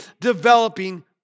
developing